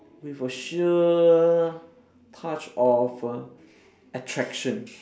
with a sheer touch of err attraction